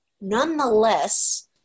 nonetheless